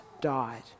died